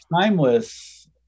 timeless